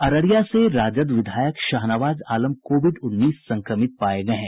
अररिया से राजद विधायक शाहनवाज आलम कोविड उन्नीस संक्रमित पाये गए हैं